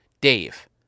Dave